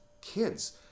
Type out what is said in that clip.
kids